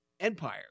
empire